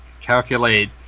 calculate